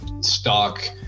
stock